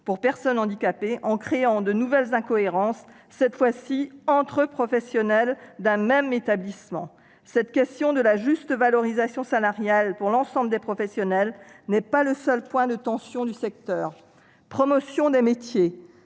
pour personnes handicapées, en créant de nouvelles incohérences, cette fois-ci entre professionnels d'un même établissement. La question de la juste valorisation salariale pour l'ensemble des professionnels n'est pas le seul point de tension du secteur. Promotion des métiers,